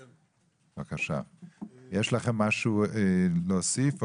יש לכם משהו להוסיף?